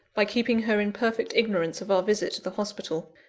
by keeping her in perfect ignorance of our visit to the hospital,